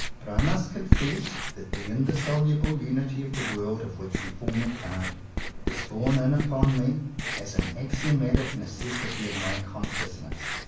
but i must confess that the indissoluble unity of the world of which we form a part is borne in upon me as an axiomatic necessity of my consciousness.